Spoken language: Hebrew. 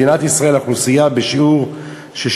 במדינת ישראל האוכלוסייה מזדקנת בשיעור 2.4%,